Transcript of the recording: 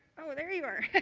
oh there you are.